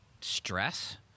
stress